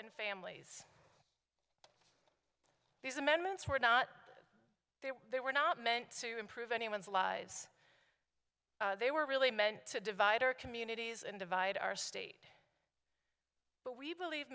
and families these amendments were not there they were not meant to improve anyone's lives they were really meant to divide our communities and divide our state but we believe